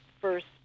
first